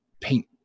paint